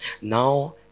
Now